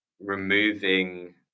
removing